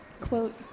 quote